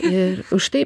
ir už tai